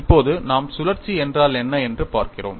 இப்போது நாம் சுழற்சி என்றால் என்ன என்று பார்க்கிறோம்